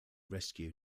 rescue